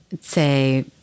say